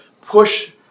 push